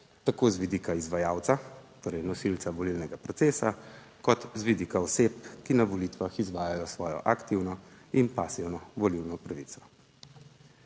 tako z vidika izvajalca, torej nosilca volilnega procesa kot z vidika oseb, ki na volitvah izvajajo svojo aktivno in pasivno volilno pravico.